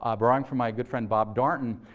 ah borrowing from my good friend bob darnton,